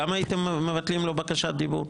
גם הייתם מבטלים לו בקשת דיבור?